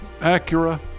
Acura